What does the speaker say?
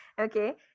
Okay